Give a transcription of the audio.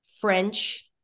French